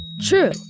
True